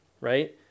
right